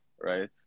right